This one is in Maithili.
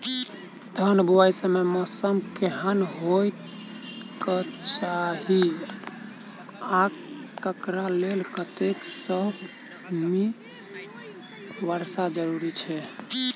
धान बुआई समय मौसम केहन होइ केँ चाहि आ एकरा लेल कतेक सँ मी वर्षा जरूरी छै?